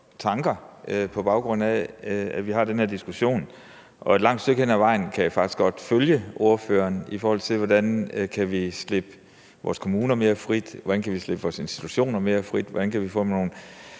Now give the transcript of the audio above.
på baggrund af at vi har den her diskussion. Og et langt stykke hen ad vejen kan jeg faktisk godt følge ordføreren, i forhold til hvordan vi kan slippe vores kommuner mere fri, hvordan vi kan slippe vores institutioner mere fri, og hvordan vi kan få et